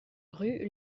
rue